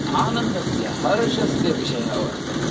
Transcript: आनन्दस्य हर्षस्य विषयः वर्तते